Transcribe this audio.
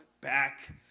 back